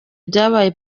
byabaye